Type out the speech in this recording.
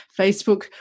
Facebook